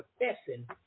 professing